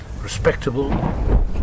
respectable